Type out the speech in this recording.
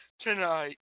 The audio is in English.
tonight